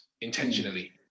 intentionally